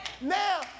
Now